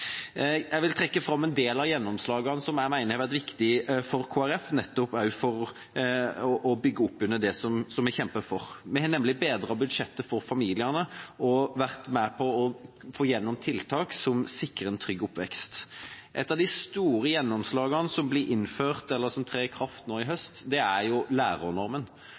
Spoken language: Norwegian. Jeg vil trekke fram en del av gjennomslagene til Kristelig Folkeparti som jeg mener er viktige for å bygge opp under det vi kjemper for. Vi har bedret budsjettet for familiene og vært med på å få igjennom tiltak som sikrer en trygg oppvekst. Et av de store gjennomslagene, som trer i kraft nå i høst, er lærernormen. Det at man for første gang sier så tydelig at det er